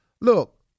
Look